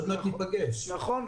נכון.